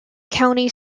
county